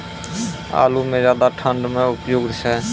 आलू म ज्यादा ठंड म उपयुक्त छै?